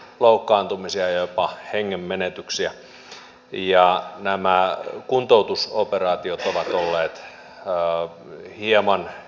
näissä on tullut loukkaantumisia ja jopa hengen menetyksiä ja nämä kuntoutusoperaatiot ovat olleet hieman epäselvät